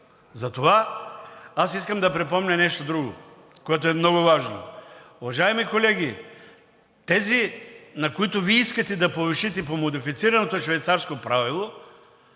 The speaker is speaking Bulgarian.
Затова искам да припомня нещо друго, което е много важно. Уважаеми колеги, тези, на които Вие искате да повишите по модифицираното швейцарско правило